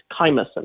chymosin